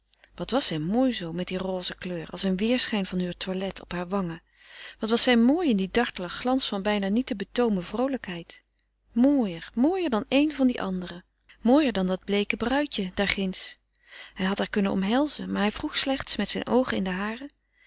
wat was zij mooi zoo met die roze kleur als een weêrschijn van heur toilet op hare wangen wat was zij mooi in dien dartelen glans van bijna niet te betoomen vroolijkheid mooier mooier dan eene van die anderen mooier dan dat bleeke bruidje daar ginds hij had haar kunnen omhelzen maar hij vroeg slechts met zijn oogen in de hare